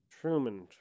Truman